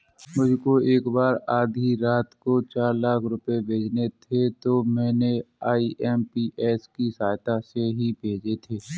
मुझको एक बार आधी रात को चार लाख रुपए भेजने थे तो मैंने आई.एम.पी.एस की सहायता से ही भेजे थे